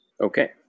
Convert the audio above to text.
Okay